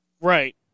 Right